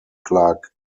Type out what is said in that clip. clark